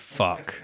fuck